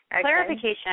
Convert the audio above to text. Clarification